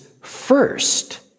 first